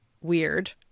weird